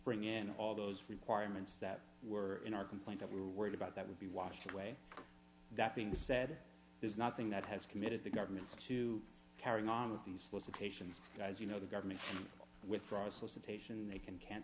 bring in all those requirements that were in our complaint that we were worried about that would be washed away that being said there's nothing that has committed the government to carrying on with these solicitations guys you know the government withdraws solicitation they can can